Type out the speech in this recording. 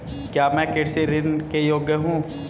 क्या मैं कृषि ऋण के योग्य हूँ?